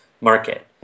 market